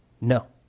No